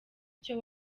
icyo